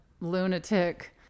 lunatic